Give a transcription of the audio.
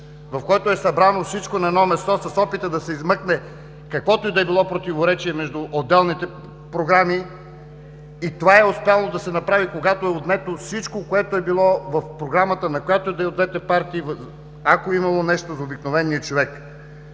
в който е събрано всичко на едно място с опита да се измъкне каквото и да било противоречие между отделните програми. И това е успяло да се направи, когато е отнето от всичко, което е било в програмата на която и да е от двете партии, ако е имало нещо за обикновения човек.